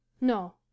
No